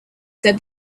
said